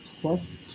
plus